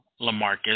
Lamarcus